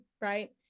right